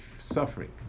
suffering